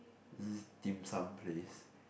it is dim sum place